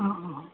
অঁ অঁ